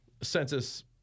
census